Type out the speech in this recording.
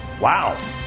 Wow